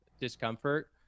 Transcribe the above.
discomfort